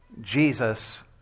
Jesus